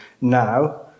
Now